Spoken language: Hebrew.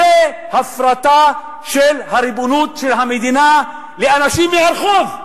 זו הפרטה של הריבונות של המדינה לאנשים מהרחוב.